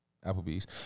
Applebee's